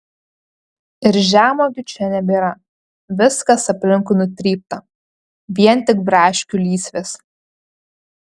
ir žemuogių čia nebėra viskas aplinkui nutrypta vien tik braškių lysvės